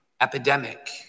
epidemic